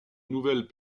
nouvelles